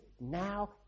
now